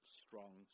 strong